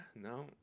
No